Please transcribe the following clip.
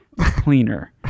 cleaner